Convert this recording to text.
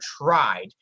tried